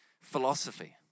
philosophy